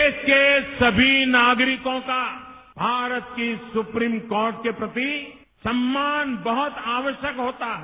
देश के सभी नागरिकों का भारत की सुप्रीम कोर्ट के प्रति सम्मान बहुत आवश्यक होता है